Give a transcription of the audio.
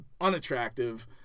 unattractive